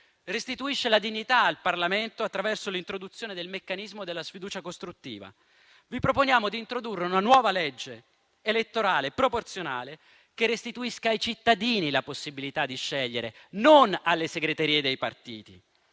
restituisce la dignità al Parlamento attraverso l'introduzione del meccanismo della sfiducia costruttiva; vi proponiamo di introdurre una nuova legge elettorale proporzionale che restituisca ai cittadini la possibilità di scegliere, non alle segreterie dei partiti,